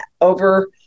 over